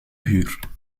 huur